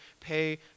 pay